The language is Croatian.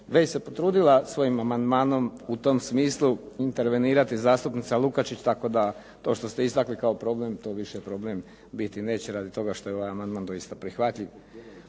već se potrudila svojim amandmanom u tom smislu intervenirati zastupnica Lukačić tako da to što ste istakli kao problem, to više problem biti neće zato što je ovaj amandman doista prihvatljiv.